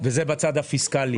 וזה בצד הפיסקלי.